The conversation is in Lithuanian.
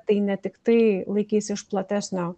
tai ne tiktai laikys iš platesnio